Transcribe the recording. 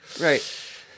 Right